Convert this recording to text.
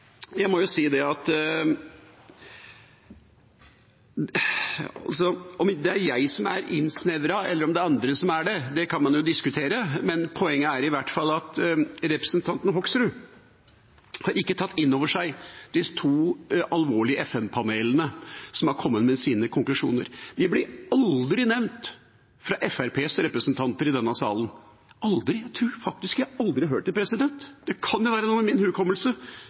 Om det er jeg som er innsnevra, eller om det er andre som er det, kan man jo diskutere, men poenget er i hvert fall at representanten Hoksrud ikke har tatt inn over seg hva de to FN-panelene har kommet med av alvorlige konklusjoner. De blir aldri nevnt av Fremskrittspartiets representanter i denne salen – jeg tror faktisk jeg aldri har hørt det. Det kan være noe med min hukommelse,